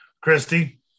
Christy